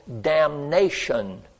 damnation